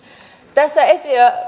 tässä